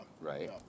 Right